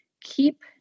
keep